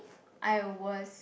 I was